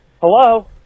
hello